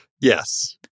Yes